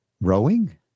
Rowing